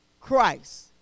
Christ